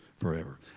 forever